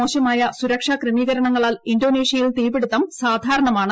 മോശമായ സുരക്ഷാ ക്രമീകരണങ്ങളാൽ ഇന്തോനേഷ്യയിൽ തീപിടിത്തം സാധാരണമാണ്